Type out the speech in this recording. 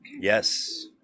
Yes